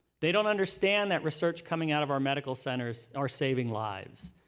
they don't understand that research coming out of our medical centers are saving lives.